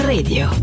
Radio